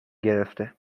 گرفته